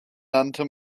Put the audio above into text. nannte